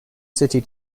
city